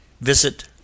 visit